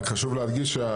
רק חשוב להדגיש,